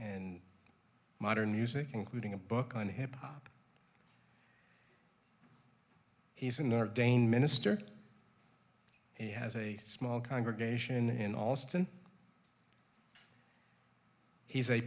and modern music including a book on hip hop he's an ordained minister he has a small congregation in allston he's a